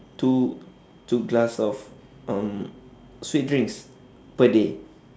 two two glass of um sweet drinks per day